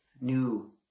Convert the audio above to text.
new